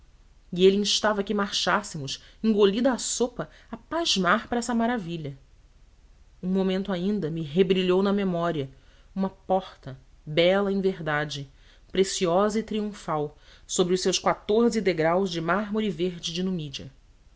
e ele instava que marchássemos engolida a sopa a pasmar para essa maravilha um momento ainda me rebrilhou na memória uma porta bela em verdade preciosa e triunfal sobre os seus quatorze degraus de mármore verde de numídia